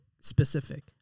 specific